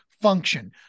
function